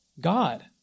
God